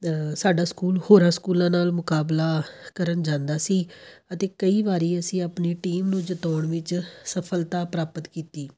ਸਾਡਾ ਸਕੂਲ ਹੋਰਾਂ ਸਕੂਲਾਂ ਨਾਲ ਮੁਕਾਬਲਾ ਕਰਨ ਜਾਂਦਾ ਸੀ ਅਤੇ ਕਈ ਵਾਰ ਅਸੀਂ ਆਪਣੀ ਟੀਮ ਨੂੰ ਜਿਤਾਉਣ ਵਿੱਚ ਸਫਲਤਾ ਪ੍ਰਾਪਤ ਕੀਤੀ